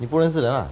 你不认识的 lah